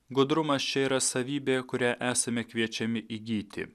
gudrumas čia yra savybė kurią esame kviečiami įgyti